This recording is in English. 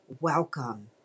welcome